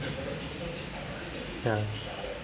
ya